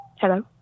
Hello